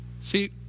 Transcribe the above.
See